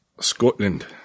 Scotland